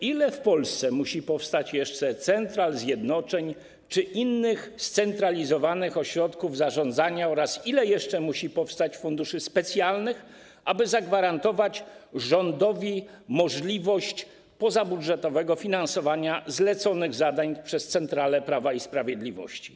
Ile w Polsce musi powstać jeszcze central, zjednoczeń czy innych scentralizowanych ośrodków zarządzania oraz ile jeszcze musi powstać funduszy specjalnych, aby zagwarantować rządowi możliwość pozabudżetowego finansowania zadań zleconych przez centralę Prawa i Sprawiedliwości?